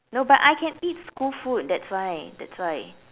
no but I can eat school food that's why that's why